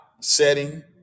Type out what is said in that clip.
setting